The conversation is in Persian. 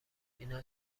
اینا